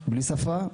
בלי שפה,